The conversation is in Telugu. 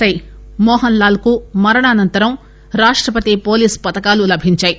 ఐ మోహన్ లాల్ కు మరణానంతరం రాష్టపతి పోలీస్ పతకాలు లభించాయి